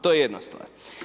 To je jedna stvar.